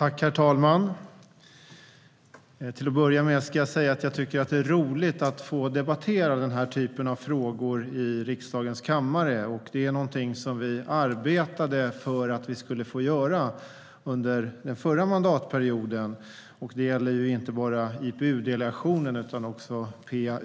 Herr talman! Det är roligt att få debattera den här typen av frågor i riksdagens kammare. Det är någonting som vi arbetade för att vi skulle få göra under den förra mandatperioden. Det gäller inte bara IPU-delegationen utan också PA-UfM